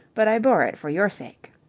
but i bore it for your sake.